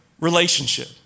relationship